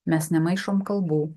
mes nemaišom kalbų